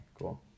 cool